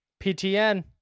PTN